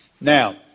Now